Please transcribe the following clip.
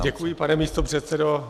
Děkuji, pane místopředsedo.